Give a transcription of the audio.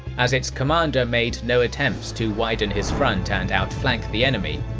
as its commander made no attempts to widen his front and outflank the enemy,